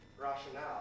rationale